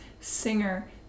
singer